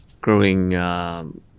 growing